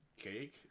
cake